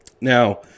Now